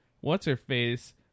what's-her-face